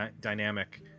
dynamic